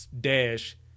dash